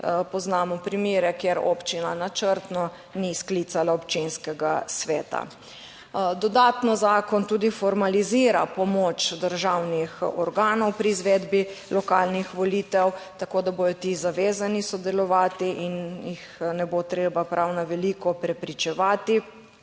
poznamo primere, kjer občina načrtno ni sklicala občinskega sveta. Dodatno zakon tudi formalizira pomoč državnih organov pri izvedbi lokalnih volitev tako, da bodo ti zavezani sodelovati in jih ne bo treba prav na veliko prepričevati.